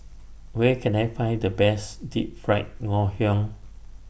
Where Can I Find The Best Deep Fried Ngoh Hiang